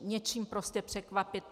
Něčím prostě překvapit.